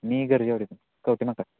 मी गरजेवाडीतून कवठे महांकाळ